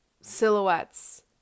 silhouettes